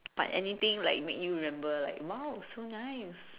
but anything like make you remember like !wow! it's so nice